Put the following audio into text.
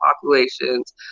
populations